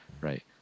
Right